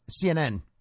CNN